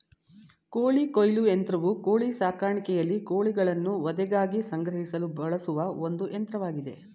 ಕೋಳಿ ಕೊಯ್ಲು ಯಂತ್ರವು ಕೋಳಿ ಸಾಕಾಣಿಕೆಯಲ್ಲಿ ಕೋಳಿಗಳನ್ನು ವಧೆಗಾಗಿ ಸಂಗ್ರಹಿಸಲು ಬಳಸುವ ಒಂದು ಯಂತ್ರವಾಗಿದೆ